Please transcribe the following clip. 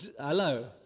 Hello